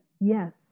yes